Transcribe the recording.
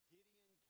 Gideon